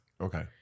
Okay